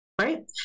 right